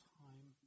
time